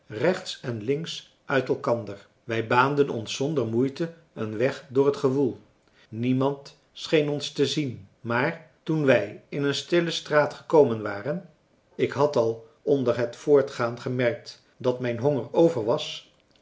rechts en links uit elkander wij baanden ons zonder moeite een weg door het gewoel niemand scheen ons te zien maar toen wij in een stille straat gekomen waren ik had al onfrançois haverschmidt familie en kennissen der het voortgaan gemerkt dat mijn